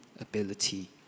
ability